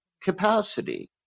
capacity